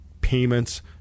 payments